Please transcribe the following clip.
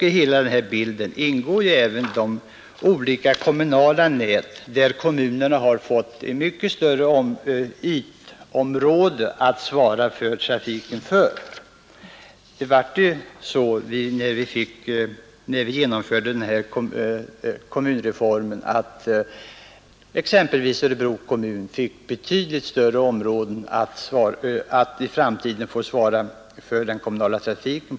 I hela den här bilden ingår ju även de olika kommunala nät där kommunerna har fått mycket större ytområden inom vilka de skall svara för trafiken. När vi genomförde kommunreformen fick exempelvis Örebro kommun betydligt större område där kommunen i framtiden skall svara för den kommunala trafiken.